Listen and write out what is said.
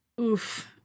Oof